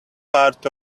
part